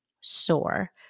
sore